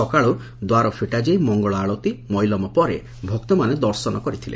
ସକାଳୁ ଦ୍ୱାର ଫିଟାଯାଇ ମଙ୍ଗଳ ଆଳତୀ ମଇଲମ ପରେ ଭକ୍ତମାନେ ଦର୍ଶନ କରିଥିଲେ